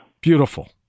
Beautiful